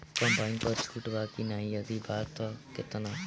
Combine पर छूट बा की नाहीं यदि बा त केतना?